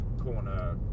corner